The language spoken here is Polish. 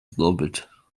zdobycz